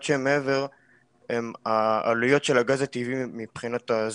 שהן מעבר הן העלויות של הגז הטבעי מבחינת הסביבה.